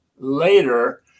later